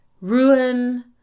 Ruin